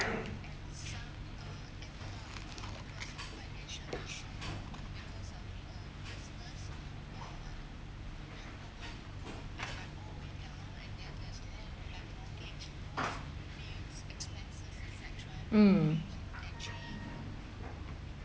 mm